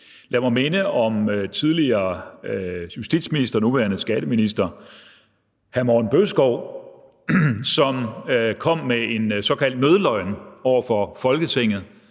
Lad mig minde om tidligere justitsminister, nuværende skatteminister, hr. Morten Bødskov, som kom med en såkaldt nødløgn over for Folketinget